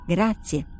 Grazie